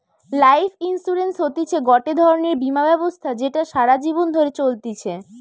life insurance হতিছে গটে ধরণের বীমা ব্যবস্থা যেটা সারা জীবন ধরে চলতিছে